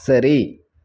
சரி